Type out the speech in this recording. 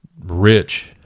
rich